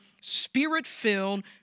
spirit-filled